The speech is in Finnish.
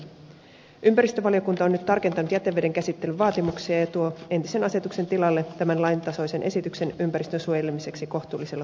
ympäristövaliokunta on nyt tarkentanut jäteveden käsittelyn vaatimuksia ja tuo entisen asetuksen tilalle tämän laintasoisen esityksen ympäristön suojelemiseksi kohtuullisella kustannustasolla